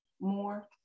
more